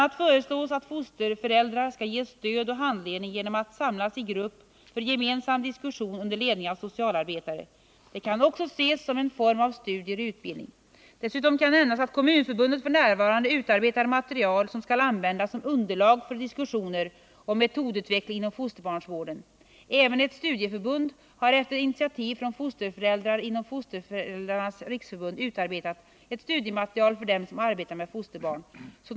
a. föreslås att fosterföräldrar skall ges stöd och handledning genom att samlas i grupp för gemensam diskussion under ledning av socialarbetare. Det kan också ses som en form av studier och utbildning. Dessutom kan nämnas att Kommunförbundet f. n. utarbetar material som skall användas som underlag för diskussioner om metodutveckling inom fosterbarnsvården. Även ett studieförbund har efter initiativ från fosterföräldrar inom Fosterföräldrarnas riksförbund utarbetat ett studiematerial för dem som arbetar med fosterbarn.